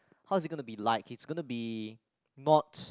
how's it gonna be like he's gonna be not